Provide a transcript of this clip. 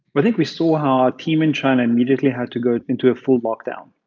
but think we saw our team in china immediately had to go into a full lockdown.